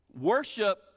worship